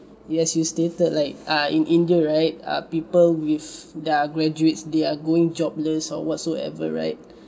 yes you stated like ah in india right err people with their graduates they're going jobless or whatsoever right